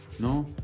No